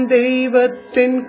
devatin